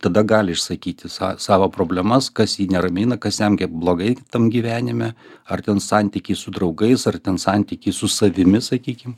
tada gali išsakyti sa savo problemas kas jį neramina kas jam blogai tam gyvenime ar ten santykiai su draugais ar ten santykiai su savimi sakykim